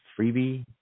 Freebie